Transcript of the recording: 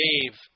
Dave